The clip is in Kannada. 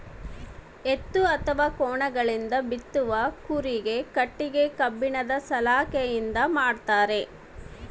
ಎತ್ತು ಅಥವಾ ಕೋಣಗಳಿಂದ ಬಿತ್ತುವ ಕೂರಿಗೆ ಕಟ್ಟಿಗೆ ಕಬ್ಬಿಣದ ಸಲಾಕೆಯಿಂದ ಮಾಡ್ತಾರೆ